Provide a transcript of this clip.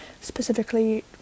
specifically